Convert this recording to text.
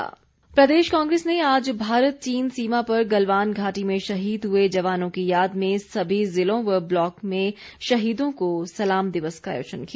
कांग्रेस प्रदेश कांग्रेस ने आज भारत चीन सीमा पर गलवान घाटी में शहीद हुए जवानों की याद में सभी ज़िलों व ब्लॉक में शहीदों को सलाम दिवस का आयोजन किया